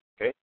Okay